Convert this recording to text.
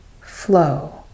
flow